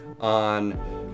on